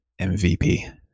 mvp